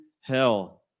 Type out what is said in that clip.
hell